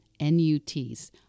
NUTs